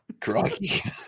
Crikey